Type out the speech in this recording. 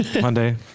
monday